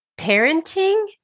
parenting